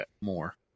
more